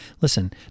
listen